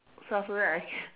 so after that I can